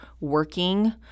working